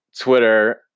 Twitter